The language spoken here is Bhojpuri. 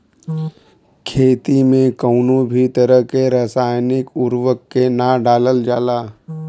खेती में कउनो भी तरह के रासायनिक उर्वरक के ना डालल जाला